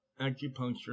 acupuncture